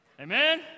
Amen